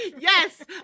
Yes